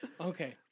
Okay